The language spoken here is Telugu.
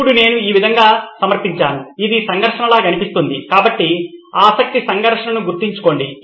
ఇప్పుడు నేను ఈ విధంగా సమర్పించాను అది సంఘర్షణలాగా అనిపించింది కాబట్టి ఆసక్తి సంఘర్షణను గుర్తుంచుకోండి